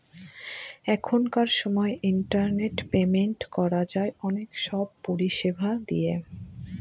এখনকার সময় internet payment করা যায় অনেক সব পরিষেবা দিয়ে